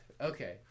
okay